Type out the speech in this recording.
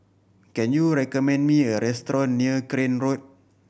can you recommend me a restaurant near Crane Road